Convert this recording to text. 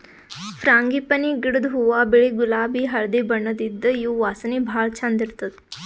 frangipani ಗಿಡದ್ ಹೂವಾ ಬಿಳಿ ಗುಲಾಬಿ ಹಳ್ದಿ ಬಣ್ಣದ್ ಇದ್ದ್ ಇವ್ ವಾಸನಿ ಭಾಳ್ ಛಂದ್ ಇರ್ತದ್